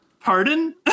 pardon